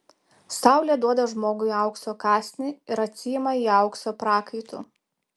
saulė duoda žmogui aukso kąsnį ir atsiima jį aukso prakaitu